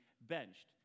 benched